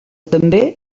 també